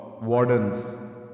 wardens